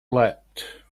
leapt